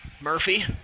Murphy